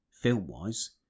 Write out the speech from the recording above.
film-wise